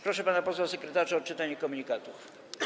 Proszę pana posła sekretarza o odczytanie komunikatów.